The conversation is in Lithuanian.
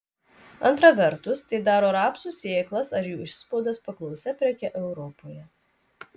antra vertus tai daro rapsų sėklas ar jų išspaudas paklausia preke europoje